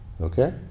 okay